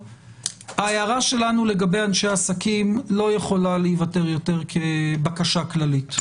ההערה שלנו לגבי אנשי עסקים לא יכולה להיוותר יותר כבקשה כללית.